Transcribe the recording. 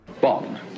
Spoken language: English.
Bond